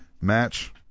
Match